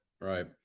right